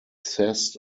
zest